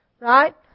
Right